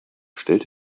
stellt